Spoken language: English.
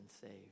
saved